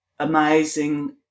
amazing